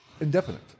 indefinite